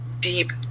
deep